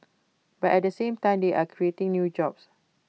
but at the same time they are creating new jobs